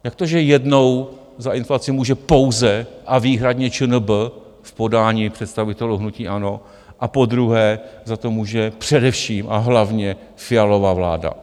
Jak to, že jednou za inflaci může pouze a výhradně ČNB v podání představitelů hnutí ANO, a podruhé za to může především a hlavně Fialova vláda?